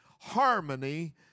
Harmony